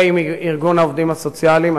ועם ארגון העובדים הסוציאליים.